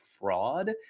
fraud